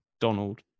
Donald